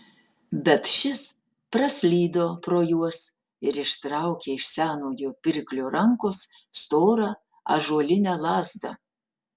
bet šis praslydo pro juos ir ištraukė iš senojo pirklio rankos storą ąžuolinę lazdą